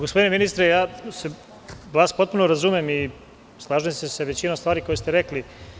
Gospodine ministre, potpuno vas razumem i slažem se sa većinom stvari koje ste rekli.